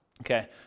Okay